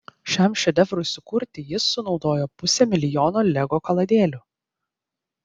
šiam šedevrui sukurti jis sunaudojo pusę milijono lego kaladėlių